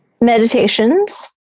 meditations